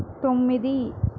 తొమ్మిది